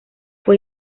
fue